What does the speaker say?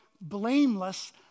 blameless